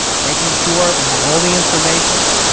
making sure they had all the information,